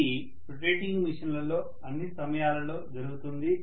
ఇది rotating machine లలో అన్ని సమయాలలో జరుగుతుంది